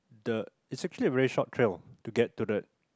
the it's actually a very short trail to get to that